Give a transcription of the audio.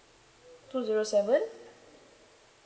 two zero seven